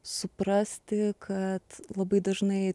suprasti kad labai dažnai